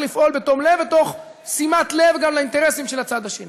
לפעול בתום לב ותוך שימת לב גם לאינטרסים של הצד השני.